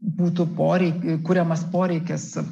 būtų poreikių kuriamas poreikis